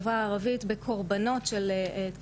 בגלל האיסור לדבר על מיניות.